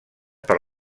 per